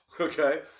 okay